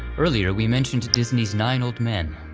earlier we mentioned disney's nine old men,